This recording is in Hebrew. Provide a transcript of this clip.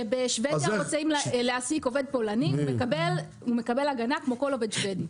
כשבשבדיה רוצים להעסיק עובד פולני הוא מקבל הגנה כמו כל עובד שבדי.